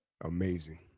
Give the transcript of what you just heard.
Amazing